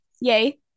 yay